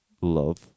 love